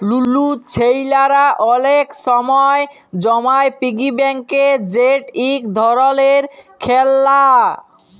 লুলু ছেইলারা অলেক সময় টাকা জমায় পিগি ব্যাংকে যেট ইক ধরলের খেললা